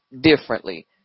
differently